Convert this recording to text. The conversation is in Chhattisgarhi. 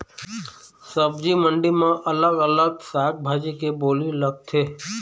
सब्जी मंडी म अलग अलग साग भाजी के बोली लगथे